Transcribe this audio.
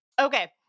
okay